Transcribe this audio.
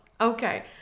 Okay